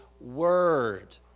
word